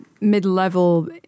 mid-level